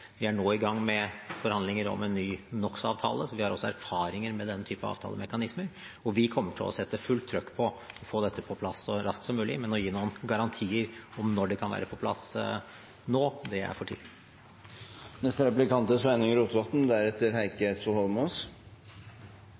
Vi er nå i gang med forhandlinger om en ny NOx-avtale, så vi har også erfaringer med denne typen avtalemekanismer. Vi kommer til å sette fullt trykk på å få dette på plass så raskt som mulig, men å gi noen garantier om når det kan være på plass, er for tidlig. Regjeringspartia sine representantar bruker gjerne etter at slike budsjettforlik er